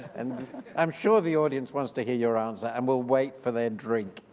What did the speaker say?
and i'm sure the audience wants to hear your answer and we'll wait for their drink.